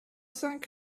cinq